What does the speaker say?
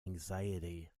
anxiety